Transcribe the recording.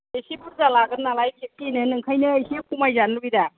एसे बुरजा लागोन नालाय खेबसेयैनो नोंखायनो एसे खमाय जानो लुबैदां